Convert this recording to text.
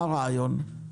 מה הרעיון?